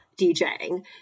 DJing